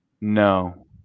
no